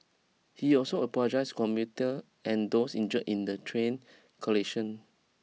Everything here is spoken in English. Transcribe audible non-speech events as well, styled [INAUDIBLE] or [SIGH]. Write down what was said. he also apologised commuter and those injured in the train [UNINTELLIGIBLE]